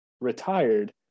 retired